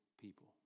people